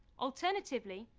alternatively,